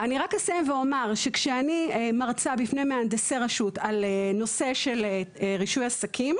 רק אסיים ואומר שכשאני מרצה בפני מהנדסי רשות על נושא רישוי עסקים